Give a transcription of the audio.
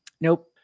Nope